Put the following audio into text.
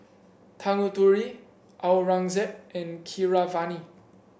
Tanguturi Aurangzeb and Keeravani